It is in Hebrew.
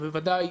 ובוודאי